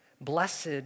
Blessed